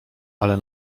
ale